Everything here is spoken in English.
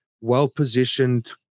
well-positioned